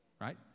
Right